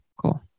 Cool